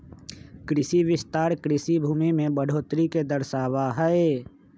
कृषि विस्तार कृषि भूमि में बढ़ोतरी के दर्शावा हई